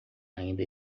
ainda